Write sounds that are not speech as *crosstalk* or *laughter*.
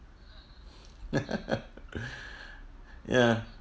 *laughs* ya